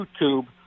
YouTube